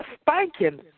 spanking